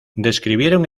describieron